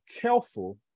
careful